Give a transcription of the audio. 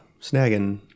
snagging